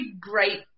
great